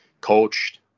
coached